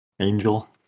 Angel